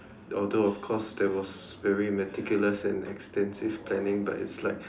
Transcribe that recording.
although of course there was very meticulous and extensive planning but it's like